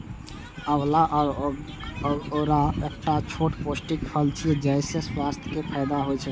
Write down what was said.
आंवला या औरा एकटा छोट पौष्टिक फल छियै, जइसे स्वास्थ्य के फायदा होइ छै